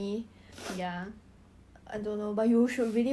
did I ask